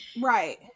right